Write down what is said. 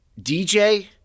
DJ